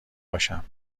باشم